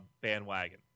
bandwagon